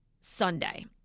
sunday